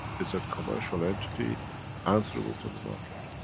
it's a commercial entity answerable to the market.